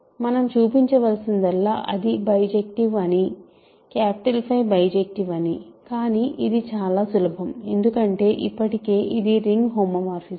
మనం చూపించవలసిందల్లా అది బైజెక్టివ్ అని 𝚽బైజెక్టివ్ అని కానీ ఇది చాలా సులభం ఎందుకంటే ఇప్పటికే ఇది రింగ్ హోమోమార్ఫిజం